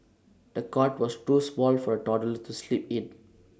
the cot was too small for the toddler to sleep in